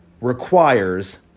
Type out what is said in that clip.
requires